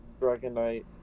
Dragonite